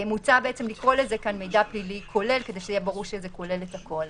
מוצע לקרוא לזה כאן "מידע פלילי כולל" כדי שיהיה ברור שזה כולל הכול.